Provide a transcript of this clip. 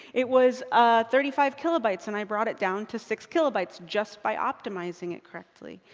it was ah thirty five kilobytes, and i brought it down to six kilobytes, just by optimizing it correctly.